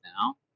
now